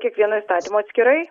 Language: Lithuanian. kiekvieno įstatymo atskirai